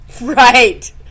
Right